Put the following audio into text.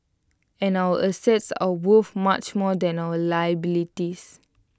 and our assets are worth much more than our liabilities